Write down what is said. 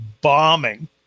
bombing